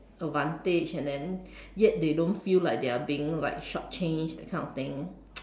advantage and then yet they don't feel like they are being like short changed that kind of thing